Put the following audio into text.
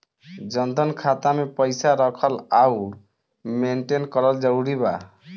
जनधन खाता मे पईसा रखल आउर मेंटेन करल जरूरी बा?